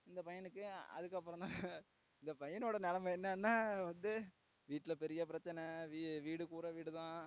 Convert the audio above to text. அந்த பையனுக்கு அதுக்கப்புறோம் தான் இந்த பையனோட நிலமை என்னான்னா வந்து வீட்டில் பெரிய பிரச்சனை வீ வீடு கூரை வீடு தான்